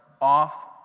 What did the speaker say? off